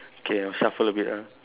K I shuffle a bit ah